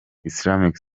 islamic